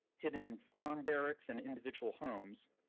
hidden in farm barracks and individual homes,